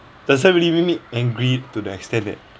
doesn't really make me angry to the extent that